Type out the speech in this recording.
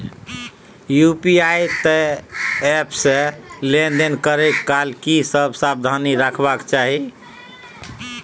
UPI app से लेन देन करै काल की सब सावधानी राखना चाही?